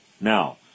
Now